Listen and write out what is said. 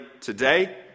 today